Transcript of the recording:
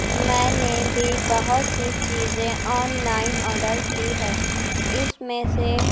میں نے بھی بہت سی چیزیں آن لائن آڈر کی ہے اس میں سے